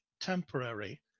temporary